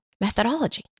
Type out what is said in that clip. methodology